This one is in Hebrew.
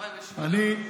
אני,